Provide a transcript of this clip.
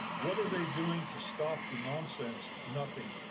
what are they doing to stop the nonsense? nothing,